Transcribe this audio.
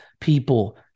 people